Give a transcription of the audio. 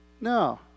No